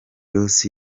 ross